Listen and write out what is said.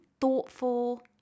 thoughtful